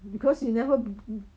because you never br~